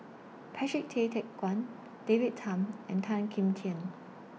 Patrick Tay Teck Guan David Tham and Tan Kim Tian